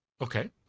Okay